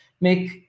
make